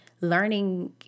learning